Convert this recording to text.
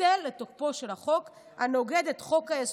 לבטל את תוקפו של החוק הנוגד את חוק-היסוד,